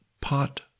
pot